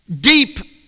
deep